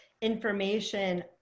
information